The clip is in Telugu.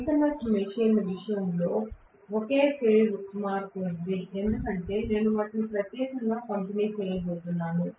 సింక్రోనస్ మెషీన్ విషయంలో ఒక ఫేజ్ మార్పు ఉంది ఎందుకంటే నేను వాటిని ప్రత్యేకంగా పంపిణీ చేయబోతున్నాను